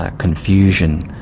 ah confusion,